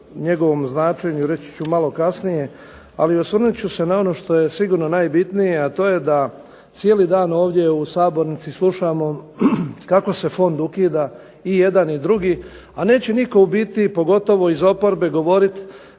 njegovom značenju reći ću malo kasnije, ali osvrnut ću se na ono što je sigurno najbitnije, a to je da cijeli dan ovdje u sabornici slušamo kako se fond ukida i jedan i drugi, a neće nitko u biti pogotovo iz oporbe govoriti